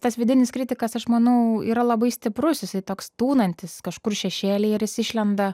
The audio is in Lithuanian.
tas vidinis kritikas aš manau yra labai stiprus jisai toks tūnantis kažkur šešėly ir jis išlenda